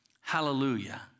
Hallelujah